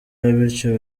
bityo